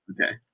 Okay